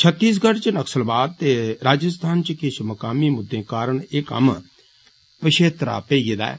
छत्तीगढ़ च नक्सलवाद ते राजस्थान च किष मकामी मुद्दे कारण ए कम्म पिच्छड़ा पेई गेदा ऐ